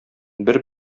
бер